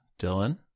Dylan